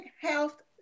health